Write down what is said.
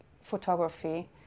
photography